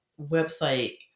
website